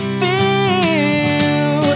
feel